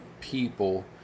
people